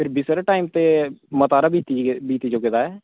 ते फिर बी सर टाईम ते मता हारा बिकी गेदा ऐ